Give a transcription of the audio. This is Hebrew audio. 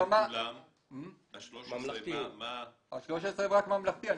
ה-13 רק ממלכתי.